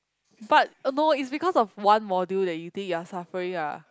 but uh no it's because of one module that you think you are suffering ah